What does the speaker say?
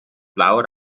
blauer